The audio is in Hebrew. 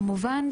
כמובן,